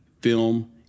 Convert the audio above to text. Film